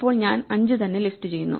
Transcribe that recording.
ഇപ്പോൾ ഞാൻ 5 തന്നെ ലിസ്റ്റ് ചെയ്യുന്നു